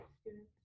students